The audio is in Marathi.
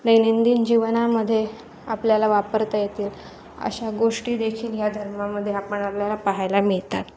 दैनंदिन जीवनामध्ये आपल्याला वापरता येतील अशा गोष्टीदेखील या धर्मामध्ये आपण आपल्याला पाहायला मिळतात